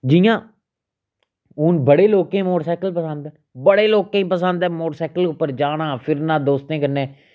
जियां हून बड़े लोकें मोटरसाइकल चलांदे न बड़े लोकें ई पसंद ऐ मोटरसाइकल उप्पर जाना फिरना दोस्तें कन्नै